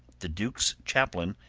the duke's chaplain,